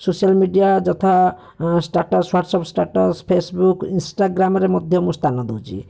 social media ଯଥା status WhatsApp status Facebook Instagram ରେ ମଧ୍ୟ ମୁଁ ସ୍ଥାନ ଦେଉଛି